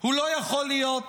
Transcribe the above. הוא לא יכול להיות,